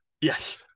Yes